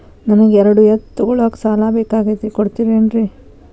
ನನಗ ಎರಡು ಎತ್ತು ತಗೋಳಾಕ್ ಸಾಲಾ ಬೇಕಾಗೈತ್ರಿ ಕೊಡ್ತಿರೇನ್ರಿ?